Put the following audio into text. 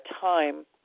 time